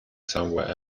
somewhere